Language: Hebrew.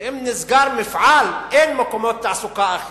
שאם נסגר מפעל, אין מקומות תעסוקה אחרים.